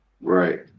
right